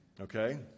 okay